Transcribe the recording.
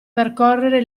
percorrere